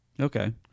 okay